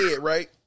right